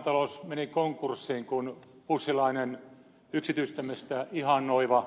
maailmantalous meni konkurssiin kun bushilainen yksityistämistä ihannoiva